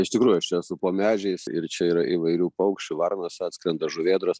iš tikrųjų aš čia esu po medžiais ir čia yra įvairių paukščių varnos atskrenda žuvėdros